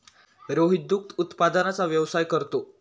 रोहित दुग्ध उत्पादनाचा व्यवसाय करतो